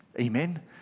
Amen